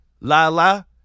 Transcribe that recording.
Lala